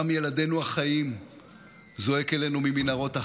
דם ילדינו החיים זועק אלינו ממנהרות חמאס.